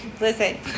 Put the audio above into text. Listen